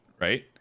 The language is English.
Right